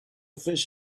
fish